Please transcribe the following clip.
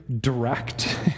direct